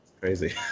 crazy